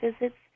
visits